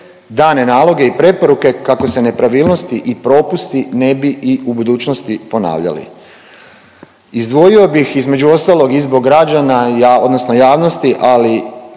dane naloge i preporuke kako se nepravilnosti i propusti ne bi i u budućnosti ponavljali. Izdvojio bih između ostalog i zbog građana, odnosno javnosti, ali